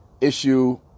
issue